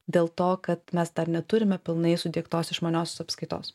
dėl to kad mes dar neturime pilnai sudiegtos išmaniosios apskaitos